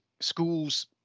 schools